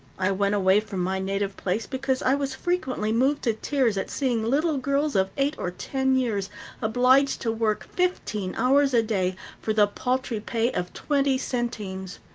i went away from my native place because i was frequently moved to tears at seeing little girls of eight or ten years obliged to work fifteen hours a day for the paltry pay of twenty centimes.